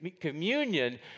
communion